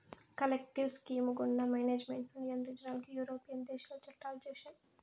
collective scheme గుండా management ను నియంత్రించడానికి యూరోపియన్ దేశాలు చట్టాలు చేశాయి